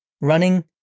running